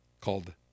called